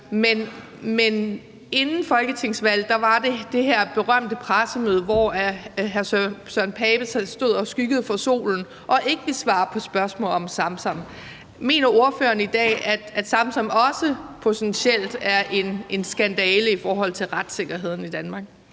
Men inden folketingsvalget var der det her berømte pressemøde, hvor hr. Søren Pape Poulsen stod og skyggede for solen og ikke ville svare på spørgsmål om Samsam. Mener ordføreren i dag, at Samsam også potentielt er en skandale i forhold til retssikkerheden i Danmark?